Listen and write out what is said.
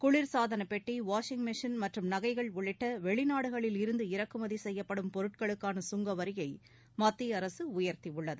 குளிர்பதனப் பெட்டி washing machine மற்றும் நகைகள் உள்ளிட்ட வெளிநாடுகளிலிருந்து இறக்குமதி செய்யப்படும் பொருட்களுக்கான சங்க வரியை மத்திய அரசு உயர்த்தியுள்ளது